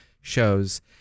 shows